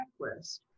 checklist